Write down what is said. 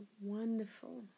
wonderful